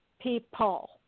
people